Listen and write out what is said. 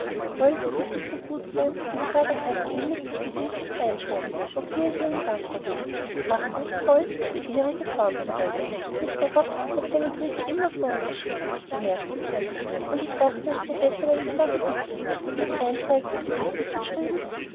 wollen sie bitte so gutt sein und forterhand gegen mr higgins nicht einschreitten woführ ich ihnen dankbahr bin achdungsfol der ihrige fauntleroy mr hobbs hat seine briefe immer so unterschrieben bemerkte cedrik und ich dachte es sei besser wenn ich sage bitte ist einschreiten richtig geschrieben